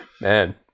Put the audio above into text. man